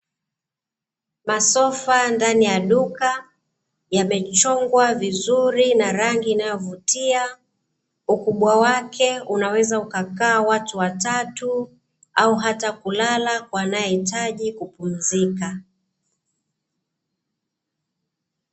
Masofa ndani ya duka yamechongwa vizuri na rangi inayovutia, ukubwa wake unaweza ukakaa watu watatu au hata kulala kwa anae hitaji kupumzika.